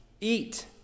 Eat